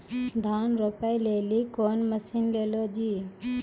धान रोपे लिली कौन मसीन ले लो जी?